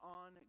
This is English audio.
on